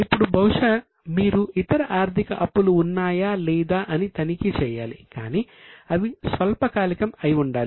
ఇప్పుడు బహుశా మీరు ఇతర ఆర్థిక అప్పులు ఉన్నాయా లేదా అని తనిఖీ చేయాలి కానీ అవి స్వల్పకాలికం అయి ఉండాలి